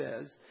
says